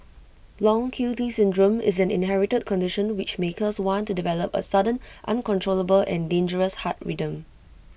long Q T syndrome is an inherited condition which may cause one to develop A sudden uncontrollable and dangerous heart rhythm